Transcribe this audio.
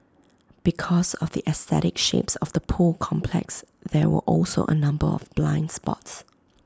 because of the aesthetic shapes of the pool complex there were also A number of blind spots